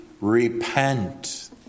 Repent